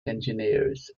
engineers